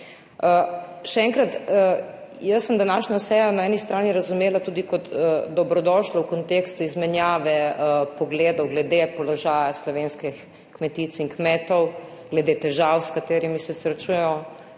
Še enkrat, jaz sem današnjo sejo na eni strani razumela tudi kot dobrodošlo v kontekstu izmenjave pogledov glede položaja slovenskih kmetic in kmetov, glede težav, s katerimi se srečujejo,